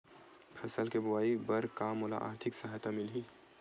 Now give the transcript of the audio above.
फसल के बोआई बर का मोला आर्थिक सहायता मिलही?